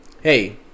Hey